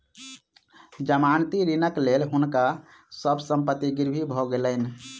जमानती ऋणक लेल हुनका सभ संपत्ति गिरवी भ गेलैन